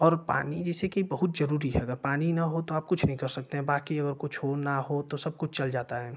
और पानी जैसे कि बहुत जरूरी है अगर पानी न हो तो आप कुछ नहीं कर सकते हैं बाकी अगर कुछ हो ना हो तो सब कुछ चल जाता है